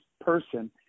person